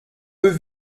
peu